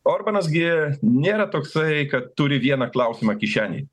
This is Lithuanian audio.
orbanas gi nėra toksai kad turi vieną klausimą kišenėj